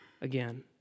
again